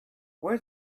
wear